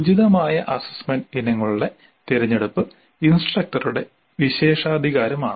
ഉചിതമായ അസ്സസ്സ്മെന്റ് ഇനങ്ങളുടെ തിരഞ്ഞെടുപ്പ് ഇൻസ്ട്രക്ടറുടെ വിശേഷാധികാരമാണ്